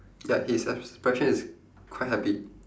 ya his expression is quite happy